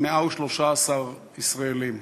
113 ישראלים.